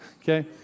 Okay